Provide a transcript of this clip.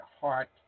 heart